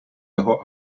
його